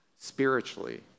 spiritually